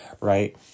right